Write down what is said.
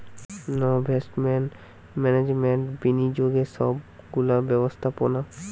investment management বিনিয়োগের সব গুলা ব্যবস্থাপোনা